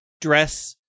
dress